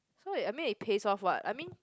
so I mean it pays off what I mean